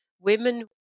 Women